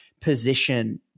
position